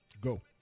Go